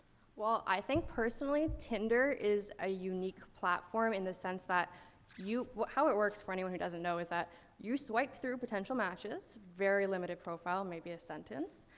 well i think, personally, tinder is a unique platform in the sense that you. how it works, for anyone who doesn't know, is that you swipe through potential matches, very limited profile, maybe a sentence.